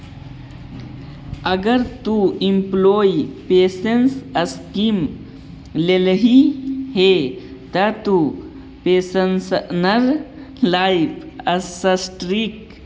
अगर तु employee pension scheme लेल्ही हे त तु पेंशनर लाइफ सर्टिफिकेट बाद मे जमा कर दिहें